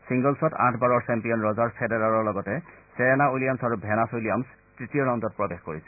ছিংগলছত আঠবাৰৰ চেম্পিয়ন ৰজাৰ ফেডেৰাৰৰ লগতে ছেৰেনা উইলিয়ামছ আৰু ভেনাছ উইলিয়ামছ তৃতীয় ৰাউণ্ডত প্ৰৱেশ কৰিছে